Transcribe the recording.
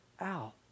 out